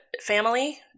family